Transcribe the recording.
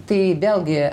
tai vėlgi